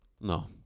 No